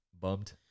bummed